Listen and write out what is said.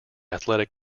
athletic